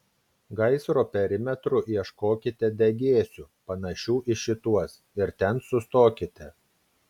gaisro perimetru ieškokite degėsių panašių į šituos ir ten sustokite